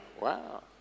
Wow